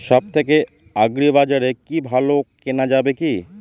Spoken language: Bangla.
সব থেকে আগ্রিবাজারে কি ভালো কেনা যাবে কি?